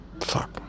Fuck